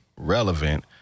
relevant